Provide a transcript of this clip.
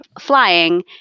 flying